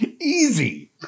easy